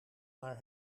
naar